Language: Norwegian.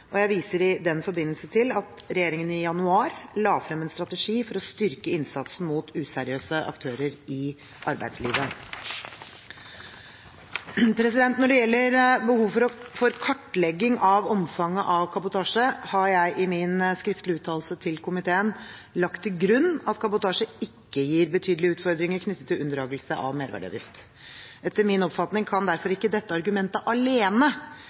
og jeg viser i den forbindelse til at regjeringen i januar la frem en strategi for å styrke innsatsen mot useriøse aktører i arbeidslivet. Når det gjelder behov for kartlegging av omfanget av kabotasje, har jeg i min skriftlige uttalelse til komiteen lagt til grunn at kabotasje ikke gir betydelige utfordringer knyttet til unndragelse av merverdiavgift. Etter min oppfatning kan derfor ikke dette argumentet alene